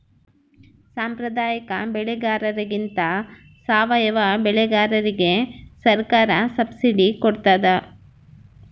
ಸಾಂಪ್ರದಾಯಿಕ ಬೆಳೆಗಾರರಿಗಿಂತ ಸಾವಯವ ಬೆಳೆಗಾರರಿಗೆ ಸರ್ಕಾರ ಸಬ್ಸಿಡಿ ಕೊಡ್ತಡ